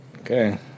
Okay